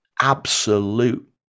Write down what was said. absolute